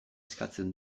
eskatzen